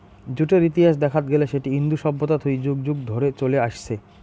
জুটের ইতিহাস দেখাত গেলে সেটি ইন্দু সভ্যতা থুই যুগ যুগ ধরে চলে আইসছে